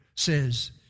says